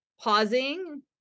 pausing